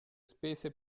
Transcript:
spese